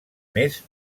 més